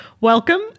Welcome